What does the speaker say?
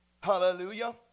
hallelujah